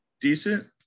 decent